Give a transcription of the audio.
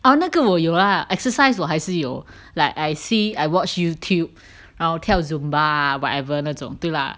哦那个我有啦 exercise 我还是有 like I see I watch YouTube I'll 跳 zumba whatever 那种对啦